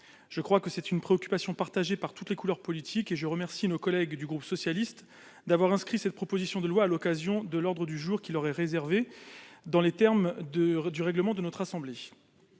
Je crois cette préoccupation partagée par toutes les couleurs politiques, et je remercie mes collègues du groupe socialiste d'avoir inscrit cette proposition de loi dans le cadre de l'ordre du jour qui leur est réservé, aux termes du règlement de notre assemblée.